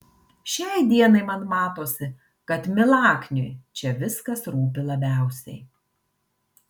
šiai dienai man matosi kad milakniui čia viskas rūpi labiausiai